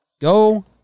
go